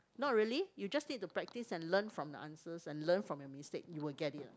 not really you just need to practice and learn from the answers and learn from your mistake you will get it